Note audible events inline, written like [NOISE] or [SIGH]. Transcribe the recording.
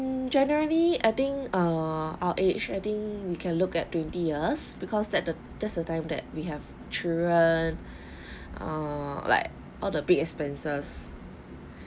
mm generally I think err our age I think we can look at twenty years because that the that's the time that we have children [BREATH] err like all the big expenses